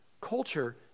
Culture